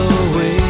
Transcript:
away